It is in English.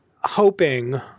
hoping